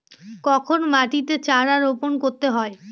কখন মাটিতে চারা রোপণ করতে হয়?